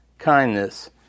...kindness